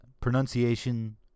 Pronunciation